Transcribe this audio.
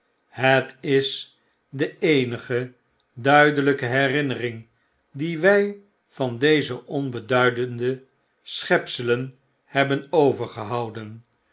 het is deeenige duidelijke herinnering die wy van deze onbeduidende schepselen hebben overgehouden